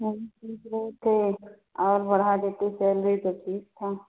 हम सोच रहे थे और बढ़ा देते सैलरी तो ठीक था